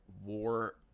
war